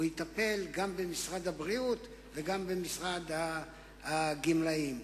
גם במשרד הבריאות וגם במשרד הגמלאים.